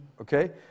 okay